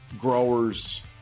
growers